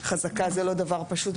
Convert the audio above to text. חזקה זה לא דבר פשוט,